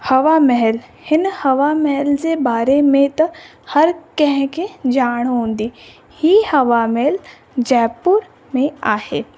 हवा महल हिन हवा महल जे बारे में त हर कंहिंखे ॼाण हूंदी ही हवा महल जयपुर में आहे